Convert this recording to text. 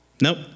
Nope